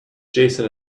jason